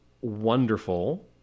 wonderful